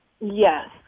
Yes